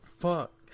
fuck